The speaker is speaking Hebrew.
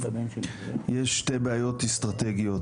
יש שתי בעיות אסטרטגיות.